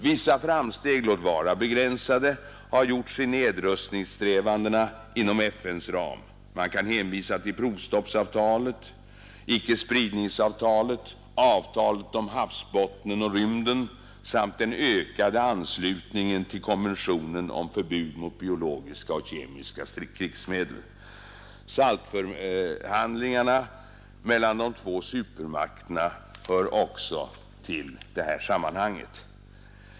Vissa framsteg, låt vara begränsade, har gjorts i nedrustningssträvandena inom FN:s ram. Man kan hänvisa till provstoppsavtalet, icke-spridningsavtalet, avtalen om havsbottnen och rymden samt den ökade anslutningen till konventionen om förbud mot biologiska och kemiska krigsmedel. SALT-förhandlingarna mellan de två supermakterna hör också till bilden i detta sammanhang.